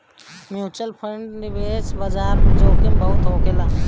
mutual fund निवेश बाजार में जोखिम बहुत होखेला